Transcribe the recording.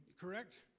Correct